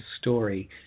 story